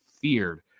feared